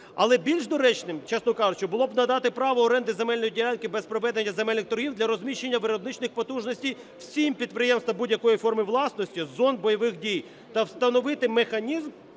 Але більш доречним, чесно кажучи, було б надати право оренди земельної ділянки без проведення земельних торгів для розміщення виробничих потужностей всім підприємствам будь-якої форми власності із зон бойових дій та встановити механізм